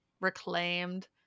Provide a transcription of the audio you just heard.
reclaimed